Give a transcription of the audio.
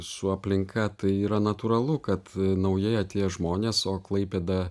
su aplinka tai yra natūralu kad naujai atėję žmonės o klaipėda